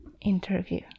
interview